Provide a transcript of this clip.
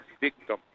victim